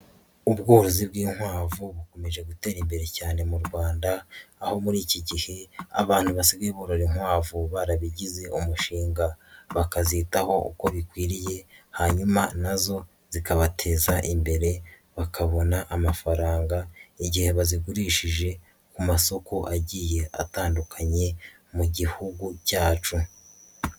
Ubworozi bw'inkwavu bukomeje gutera imbere cyane mu Rwanda, aho muri iki gihe abantu basigaye ba burora inkwavu barabigize umushinga. Bakazitaho uko bikwiriye, hanyuma na zo zikabateza imbere, bakabona amafaranga igihe bazigurishije ku masoko agiye atandukanye mu gihugu cyacu.